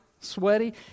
sweaty